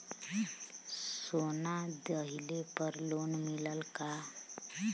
सोना दहिले पर लोन मिलल का?